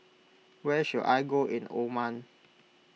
where should I go in Oman